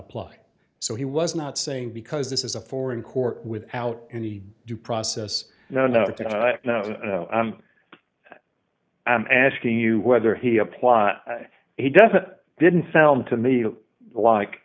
apply so he was not saying because this is a foreign court without any due process now not that i'm asking you whether he applies he doesn't didn't sound to me to like